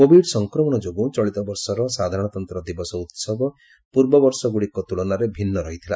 Covid ସଂକ୍ରମଣ ଯୋଗୁଁ ଚଳିତ ବର୍ଷର ସାଧାରଣତନ୍ତ୍ର ଦିବସ ଉତ୍ସବ ପୂର୍ବବର୍ଷ ଗୁଡ଼ିକ ତୁଳନାରେ ଭିନ୍ନ ରହିଥିଲା